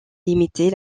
limiter